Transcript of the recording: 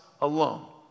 alone